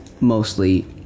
mostly